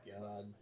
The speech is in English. god